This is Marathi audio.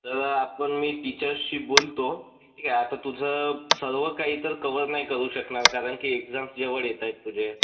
तर आपण मी टीचरशी बोलतो ठीक आहे आता तुझं सर्व काही तर कवर नाही करू शकणार कारण की एक्जाम्स जवळ येत आहेत तुझे